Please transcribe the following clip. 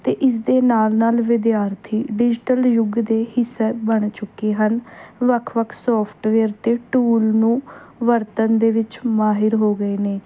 ਅਤੇ ਇਸ ਦੇ ਨਾਲ ਨਾਲ ਵਿਦਿਆਰਥੀ ਡਿਜੀਟਲ ਯੁੱਗ ਦੇ ਹਿੱਸਾ ਬਣ ਚੁੱਕੇ ਹਨ ਵੱਖ ਵੱਖ ਸੋਫਟਵੇਅਰ ਅਤੇ ਟੂਲ ਨੂੰ ਵਰਤਣ ਦੇ ਵਿੱਚ ਮਾਹਿਰ ਹੋ ਗਏ ਨੇ